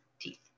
Teeth